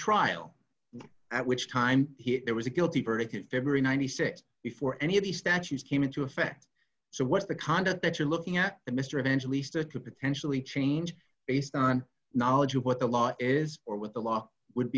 trial at which time he it was a guilty verdict in february ninety six before any of the statues came into effect so what's the conduct that you're looking at the mr eventually stood to potentially change based on knowledge of what the law is or what the law would